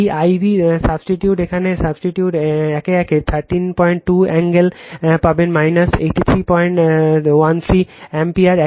এই IAB substitute এখানে substitute এই এক 132 অ্যাঙ্গেল পাবেন 8313 অ্যাম্পিয়ার